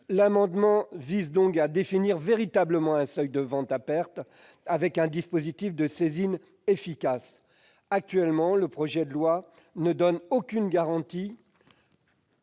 L'amendement vise à définir véritablement un seuil de vente à perte, avec un dispositif de saisine efficace. Actuellement, le projet de loi ne donne aucune garantie